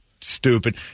stupid